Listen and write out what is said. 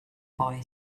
boy